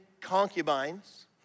concubines